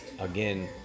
again